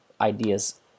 ideas